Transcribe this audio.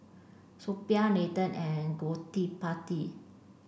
Suppiah Nathan and Gottipati